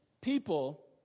people